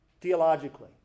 theologically